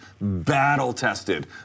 battle-tested